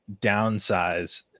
downsize